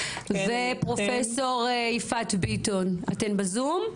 ופרופסור יפעת ביטון, אתן בזום?